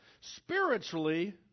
Spiritually